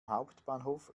hauptbahnhof